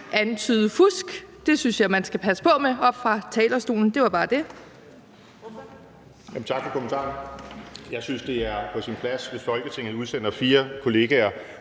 antyde fusk. Det synes jeg man skal passe på med oppe fra talerstolen. Det var bare det.